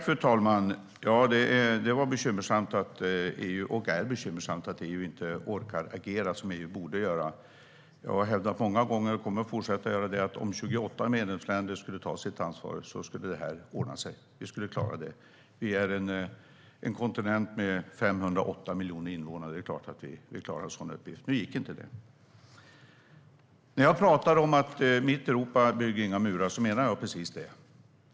Fru talman! Ja, det är bekymmersamt att EU inte orkar agera som man borde. Jag har hävdat många gånger och kommer att fortsätta göra det att om 28 medlemsländer skulle ta sitt ansvar skulle detta ordna sig. Vi skulle klara det. Vi är en kontinent med 508 miljoner invånare. Det är klart att vi klarar en sådan uppgift. Men nu gick inte det. När jag talar om att mitt Europa inte bygger några murar menar jag precis det.